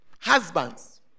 Husbands